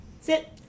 Sit